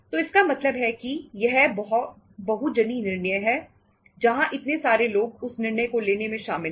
तो इसका मतलब है कि यह एक बहुजन निर्णय है जहां इतने सारे लोग उस निर्णय को लेने में शामिल है